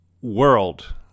world